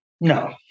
No